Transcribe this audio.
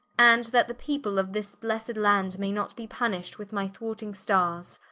and that the people of this blessed land may not be punisht with my thwarting starres,